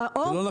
זה לא נכון.